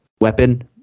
weapon